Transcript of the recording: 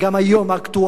האקטואלי היום.